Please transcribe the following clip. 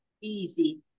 easy